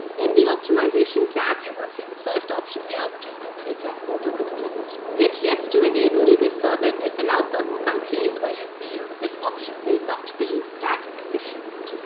in the optimization tab you will see the first option here here which is google address autocompletes hit yes to enable you could further disallow certain countries where you feel that this option may not be that efficient.